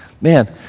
Man